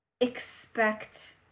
expect –